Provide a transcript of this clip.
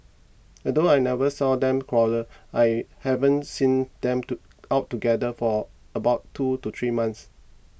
although I never saw them quarrel I haven't seen them to out together for about two to three months